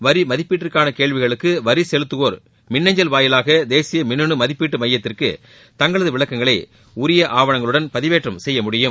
வரி மதிப்பீட்டிற்கான கேள்விகளுக்கு வரி செலுத்துவோர் மின்னஞ்சல் வாயிலாக தேசிய மின்னனு மதிப்பீட்டு மையத்திற்கு தங்களது விளக்கங்களை உரிய ஆவணங்களுடன் பதிவேற்றம் செய்ய முடியும்